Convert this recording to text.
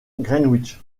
greenwich